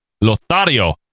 Lothario